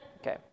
Okay